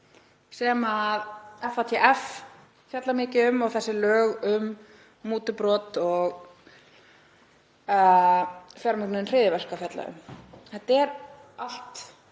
sem FATF fjallar mikið um og þessi lög um mútubrot og fjármögnun hryðjuverka fjalla um. Þetta er allt